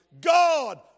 God